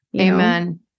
Amen